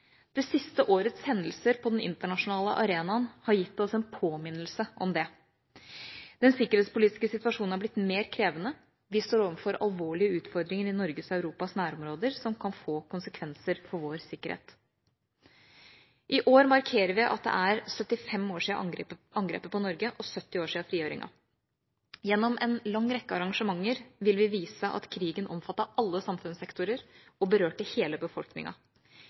Det siste årets hendelser på den internasjonale arenaen har gitt oss en påminnelse om det. Den sikkerhetspolitiske situasjonen har blitt mer krevende. Vi står overfor alvorlige utfordringer i Norges og Europas nærområder, som kan få konsekvenser for vår sikkerhet. I år markerer vi at det er 75 år siden angrepet på Norge og 70 år siden frigjøringen. Gjennom en lang rekke arrangementer vil vi vise at krigen omfattet alle samfunnssektorer og berørte hele